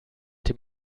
dem